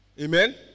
Amen